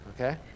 Okay